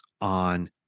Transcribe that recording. on